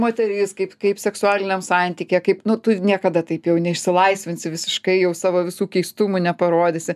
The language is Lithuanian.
moteris kaip kaip seksualiniam santykyje kaip nu tu niekada taip jau neišsilaisvinsi visiškai jau savo visų keistumų neparodysi